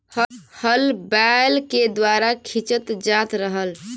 हल बैल के द्वारा खिंचल जात रहल